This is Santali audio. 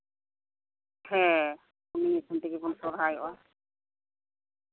ᱦᱮᱸ ᱩᱱᱤ ᱧᱩᱛᱩᱢ ᱛᱮᱜᱮᱵᱚᱱ ᱥᱚᱨᱦᱟᱭᱚᱜᱼᱟ